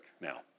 now